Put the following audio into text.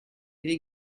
avait